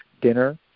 dinner